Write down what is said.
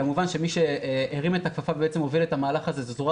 כמובן שמי שהרים את הכפפה והוביל את המהלך הזה זה זרוע